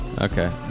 Okay